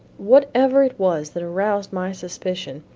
whatever it was that aroused my suspicion,